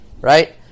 right